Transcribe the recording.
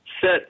set